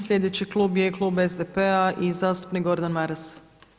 Sljedeći klub je klub SDP-a i zastupnik Gordan Maras.